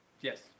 Yes